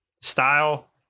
style